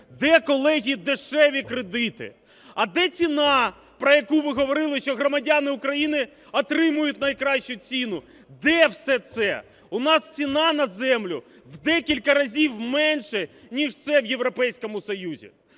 Де, колеги, дешеві кредити? А, де ціна, про яку ви говорили, що громадяни України отримають найкращу ціну? Де все це? У нас ціна на землю в декілька разів менша, ніж це в Європейському Союзі.